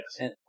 Yes